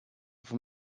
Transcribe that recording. von